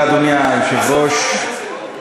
ג'מאל אמר משפט נכון: